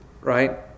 right